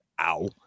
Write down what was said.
ow